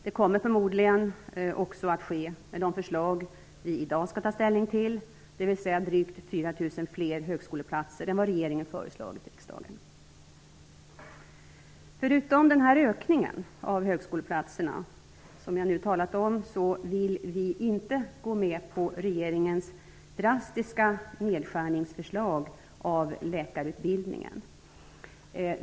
Detta kommer förmodligen att ske också med de förslag som vi i dag skall ta ställning till, dvs. drygt 4 000 fler högskoleplatser än vad regeringen har föreslagit riksdagen. Förutom att vi vill ha denna ökning av antalet högskoleplatser, som jag nyss talade om, vill vi inte gå med på regeringens förslag om en drastisk nedskärning av läkarutbildningen.